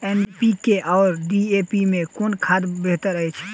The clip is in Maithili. एन.पी.के आ डी.ए.पी मे कुन खाद बेहतर अछि?